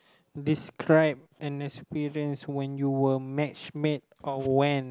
describe an experience when you were matchmade or went